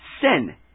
sin